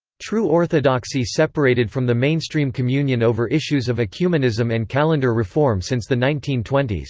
true orthodoxy separated from the mainstream communion over issues of ecumenism and calendar reform since the nineteen twenty s.